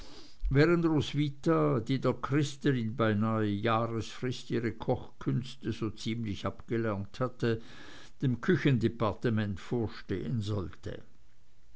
roswitha die der christel in beinahe jahresfrist ihre kochkünste so ziemlich abgelernt hatte dem küchendepartement vorstehen sollte